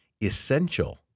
essential